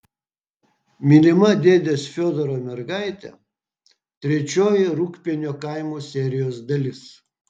mylima dėdės fiodoro mergaitė trečioji rūgpienių kaimo serijos dalis